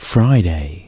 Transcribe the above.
Friday